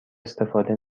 استفاده